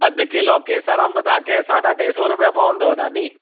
अधु किलो केसर अंब तव्हांखे साढा टे सौ रुपिया पवंदव दादी